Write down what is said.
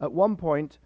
at one point